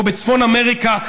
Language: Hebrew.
או בצפון אמריקה,